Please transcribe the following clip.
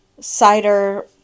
cider